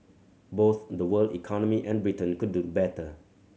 both the world economy and Britain could do better